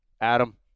Adam